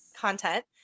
content